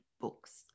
books